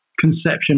conception